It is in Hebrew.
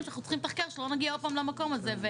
שאנחנו צריכים לתחקר שלא נגיע עוד פעם למקום הזה,